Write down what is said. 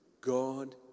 God